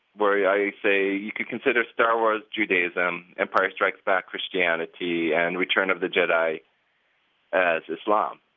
where i say you could considerstar warsjudaism empire strikes back christianity, andreturn of the jedi as islam,